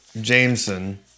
Jameson